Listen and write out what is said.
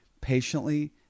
patiently